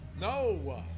No